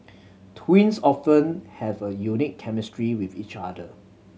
twins often have a unique chemistry with each other